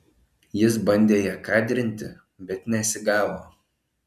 jis bandė ją kadrinti bet nesigavo